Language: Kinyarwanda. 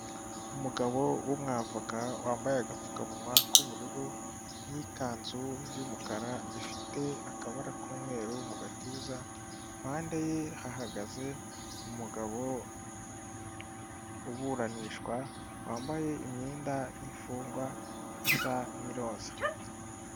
Umugabo w'umwavoka wambaye agapfukamunwa k'ubururu n'ikanzu y'umukara ifite akabara k'umweru mu gatuza, impande ye hahagaze umugabo uburanishwa wambaye imyenda y'imfungwa isa n'iroza.